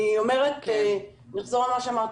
אני אחזור על מה שאמרתי,